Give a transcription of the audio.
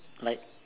like